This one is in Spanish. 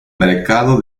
mercado